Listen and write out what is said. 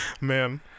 Man